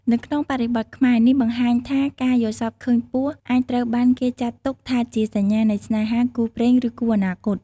នៅក្នុងបរិបទខ្មែរ នេះបង្ហាញថាការយល់សប្តិឃើញពស់អាចត្រូវបានគេចាត់ទុកថាជាសញ្ញានៃស្នេហា គូព្រេង ឬគូអនាគត។